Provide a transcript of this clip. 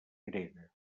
grega